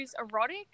Erotic